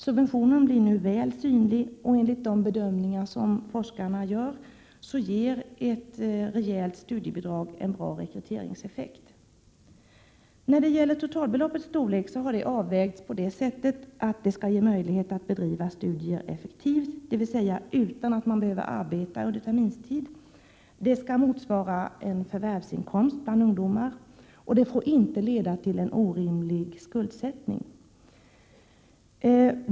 Subventionen blir nu väl synlig, och enligt de bedömningar som forskarna gör ger ett rejält studiebidrag en bra rekryteringseffekt. Totalbeloppets storlek har avvägts på det sättet att det skall ge möjlighet att bedriva studier effektivt, dvs. utan att man behöver arbeta under terminstid, det skall motsvara en förvärvsinkomst bland ungdomar och det får inte leda till en orimlig skuldsättning.